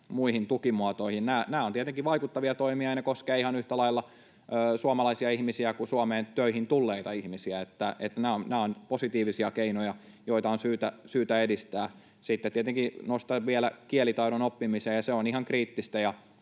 muihin tukimuotoihin. Nämä ovat tietenkin vaikuttavia toimia, ja ne koskevat ihan yhtä lailla suomalaisia ihmisiä kuin Suomeen töihin tulleita ihmisiä. Nämä ovat positiivisia keinoja, joita on syytä edistää. Sitten tietenkin nostan vielä kielitaidon oppimiseen. Se on ihan kriittistä,